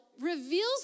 reveals